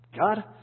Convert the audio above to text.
God